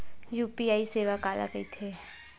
UPI सेवा काला कइथे?